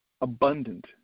abundant